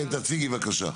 כן, תציגי בבקשה.